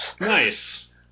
Nice